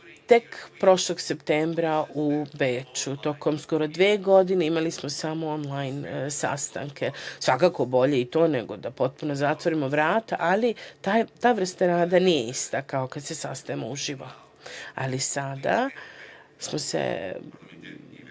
tek prošlog septembra u Beču. Tokom skoro dve godine imali smo samo onlajn sastanke. Svakako, bolje i to, nego da potpuno zatvorimo vrata, ali ta vrsta rada nije ista kao kada se sastanemo uživo. Sada smo se